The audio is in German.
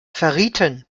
verrieten